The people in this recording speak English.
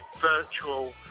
virtual